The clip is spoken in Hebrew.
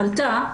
עלתה,